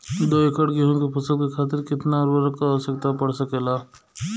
दो एकड़ गेहूँ के फसल के खातीर कितना उर्वरक क आवश्यकता पड़ सकेल?